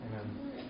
Amen